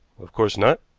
of course not,